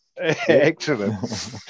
Excellent